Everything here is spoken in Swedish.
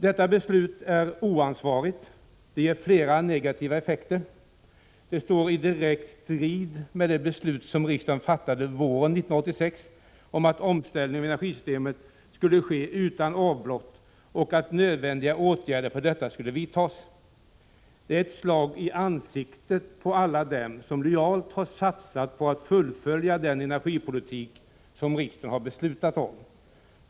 Detta beslut är oansvarigt och ger flera negativa effekter. Det står i direkt strid med det beslut som riksdagen fattade våren 1986 om att omställningen av energisystemet skulle ske utan avbrott och att nödvändiga åtgärder för detta skulle vidtas. Det är ett slag i ansiktet på alla dem som lojalt har satsat på att fullfölja den energipolitik som riksdagen har beslutat om.